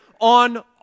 on